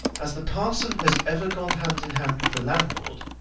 as the parson has ever gone hand in hand with the landlord,